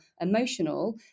emotional